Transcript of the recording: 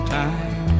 time